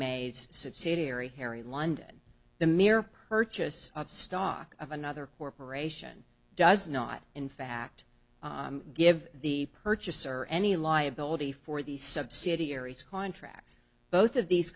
mae's subsidiary harry london the mere purchase of stock of another corporation does not in fact give the purchaser any liability for the subsidiaries contracts both of these